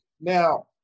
Now